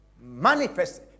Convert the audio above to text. Manifest